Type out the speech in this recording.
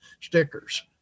stickers